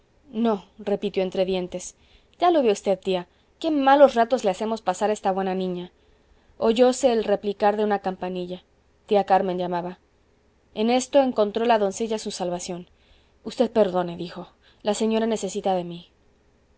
no repitió entre dientes ya lo ve usted tía qué malos ratos le hacemos pasar a esta buena niña oyóse el repicar de una campanilla tía carmen llamaba en esto encontró la doncella su salvación usted perdone dijo la señora necesita de mí